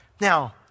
Now